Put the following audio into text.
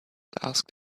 asked